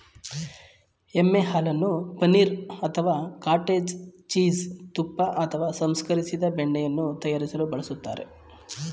ಎಮ್ಮೆ ಹಾಲನ್ನು ಪನೀರ್ ಅಥವಾ ಕಾಟೇಜ್ ಚೀಸ್ ತುಪ್ಪ ಅಥವಾ ಸಂಸ್ಕರಿಸಿದ ಬೆಣ್ಣೆಯನ್ನು ತಯಾರಿಸಲು ಬಳಸ್ತಾರೆ